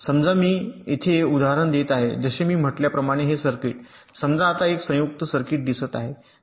समजा मी येथे उदाहरण देत आहे जसे मी म्हटल्याप्रमाणे हे सर्किट समजा आता एक संयुक्त सर्किट दिसत आहे